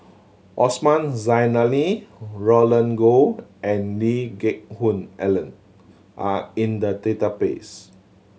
Osman Zailani Roland Goh and Lee Geck Hoon Ellen are in the database